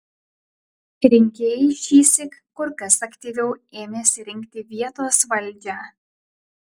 rinkėjai šįsyk kur kas aktyviau ėmėsi rinkti vietos valdžią